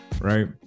right